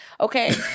okay